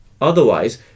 Otherwise